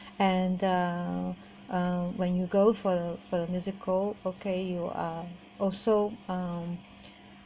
and uh uh when you go for the for the musical okay you are also um